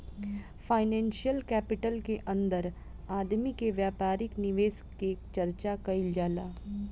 financial capital के अंदर आदमी के व्यापारिक निवेश के चर्चा कईल जाला